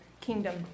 kingdom